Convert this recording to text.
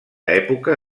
època